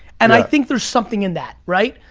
and i think there's something in that, right?